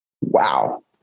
Wow